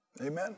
Amen